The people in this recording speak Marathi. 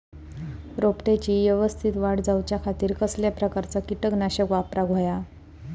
रोपट्याची यवस्तित वाढ जाऊच्या खातीर कसल्या प्रकारचा किटकनाशक वापराक होया?